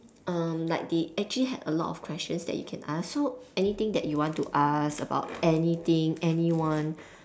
um like they actually had a lot of questions that you can ask so anything that you want to ask about anything anyone